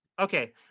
okay